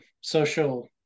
social